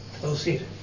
Traducir